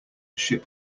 ship